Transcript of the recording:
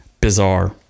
bizarre